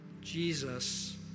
Jesus